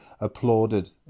applauded